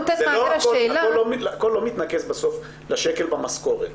הכול לא מתנקז בסוף לשקל במשכורת.